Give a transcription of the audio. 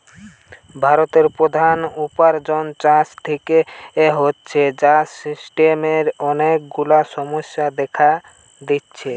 ভারতের প্রধান উপার্জন চাষ থিকে হচ্ছে, যার সিস্টেমের অনেক গুলা সমস্যা দেখা দিচ্ছে